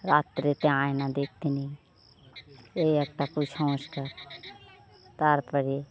রাত্রেতে আয়না দেখতে নেই এই একটা কুসংস্কার তার পরে